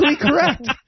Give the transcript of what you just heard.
correct